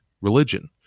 religion